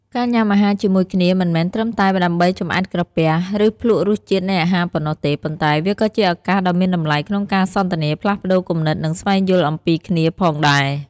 ការញ៉ាំអាហារជាមួយគ្នាមិនមែនត្រឹមតែដើម្បីចម្អែតក្រពះ ឬភ្លក្សរសជាតិនៃអាហារប៉ុណ្ណោះទេ ប៉ុន្តែវាក៏ជាឱកាសដ៏មានតម្លៃក្នុងការសន្ទនា ផ្លាស់ប្តូរគំនិត និងស្វែងយល់អំពីគ្នាផងដែរ។